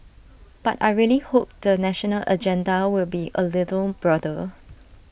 but I really hope the national agenda will be A little broader